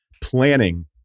planning